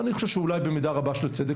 ואני חושב שאולי במידה רבה של צדק,